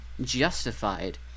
justified